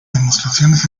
demostraciones